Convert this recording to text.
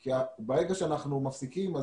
כי ברגע שאנחנו מפסיקים,